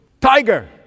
Tiger